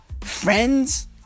friends